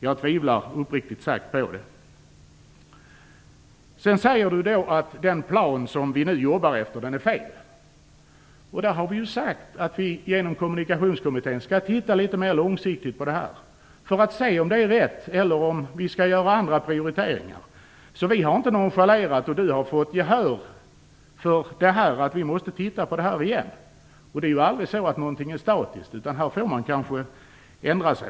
Jag tvivlar uppriktigt sagt på det. Elisa Abascal Reyes säger också att den plan vi nu jobbar efter är fel. Vi har sagt att vi genom Kommunikationskommittén skall titta litet mer långsiktigt på frågan för att se om vi gör rätt eller om vi skall göra andra prioriteringar. Vi har inte nonchalerat frågan, och Elisa Abascal Reyes har fått gehör för sin åsikt. Vi måste titta på frågan igen. Det är aldrig så att någonting är statiskt. Här får man kanske ändra sig.